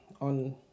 on